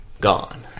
gone